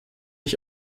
ich